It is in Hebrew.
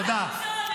תודה.